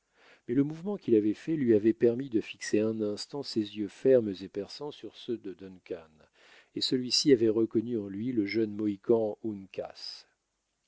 mais le mouvement qu'il avait fait lui avait permis de fixer un instant ses yeux fermes et perçants sur ceux de duncan et celui-ci avait reconnu en lui le jeune mohican